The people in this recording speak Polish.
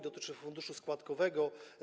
Dotyczy to funduszu składkowego.